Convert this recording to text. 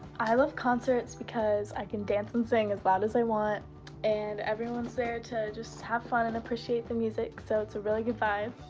i love concerts because i can dance and sing as loud as i want and everyone's there to just have fun and appreciate the music so it's a really good vibe.